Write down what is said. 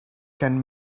can